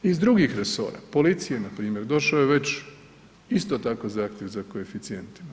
Iz drugih resora policije na primjer, došao je već isto tako zahtjev za koeficijentima.